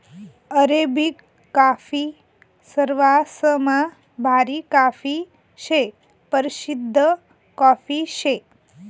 Arabic coffee सरवासमा भारी coffee शे, परशिद्ध कॉफी शे